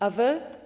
A wy?